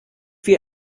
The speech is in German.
wir